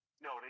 No